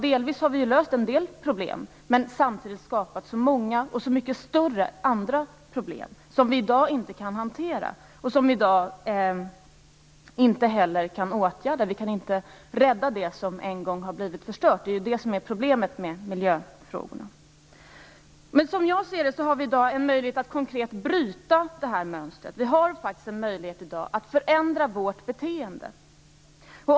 Delvis har vi löst en del problem, men vi har samtidigt skapat andra och så mycket större problem, som vi i dag inte kan hantera och som vi i dag inte heller kan åtgärda - vi kan inte rädda det som en gång har blivit förstört; det är ju det som är problemet med miljöfrågorna. Som jag ser det har vi i dag en konkret möjlighet att bryta det här mönstret. Vi har i dag faktiskt en möjlighet att förändra vårt beteende.